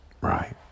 right